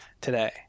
today